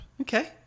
Okay